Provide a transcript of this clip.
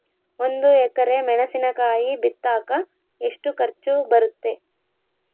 ಒಂದು ಎಕರೆ ಮೆಣಸಿನಕಾಯಿ ಬಿತ್ತಾಕ ಎಷ್ಟು ಖರ್ಚು ಬರುತ್ತೆ?